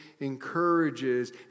encourages